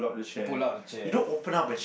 pull out the chair